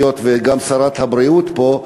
היות שגם שרת הבריאות פה,